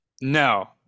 No